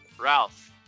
Ralph